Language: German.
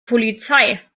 polizei